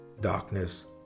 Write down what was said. darkness